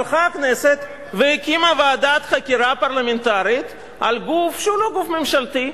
הלכה הכנסת והקימה ועדת חקירה פרלמנטרית על גוף שהוא לא גוף ממשלתי,